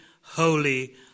holy